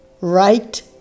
right